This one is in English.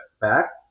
back